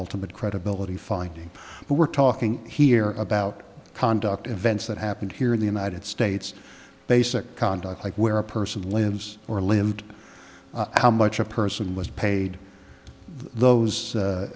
ultimate credibility finding but we're talking here about conduct events that happened here in the united states basic conduct like where a person lives or lived how much a person was paid those